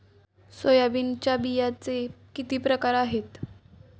सोयाबीनच्या बियांचे किती प्रकार आहेत?